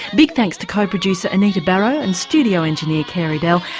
big thanks to co-producer anita barraud and studio engineer carey dell.